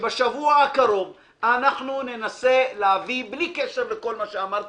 שבשבוע הקרוב אנחנו ננסה להביא בלי קשר לכל מה שאמרתי,